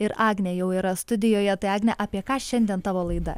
ir agnė jau yra studijoje tai agne apie ką šiandien tavo laida